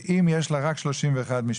אם יש רק 31 משפחות?